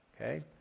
Okay